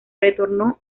retornó